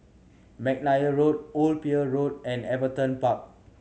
McNair Road Old Pier Road and Everton Park